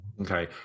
Okay